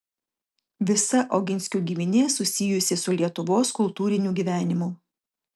visa oginskių giminė susijusi su lietuvos kultūriniu gyvenimu